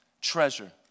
treasure